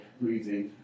breathing